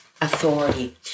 authority